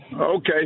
Okay